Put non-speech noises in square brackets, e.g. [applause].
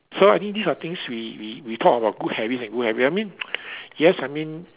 so I think these are things we we we talk about good habits and good habit I mean [noise] yes I mean